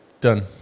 Done